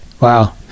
wow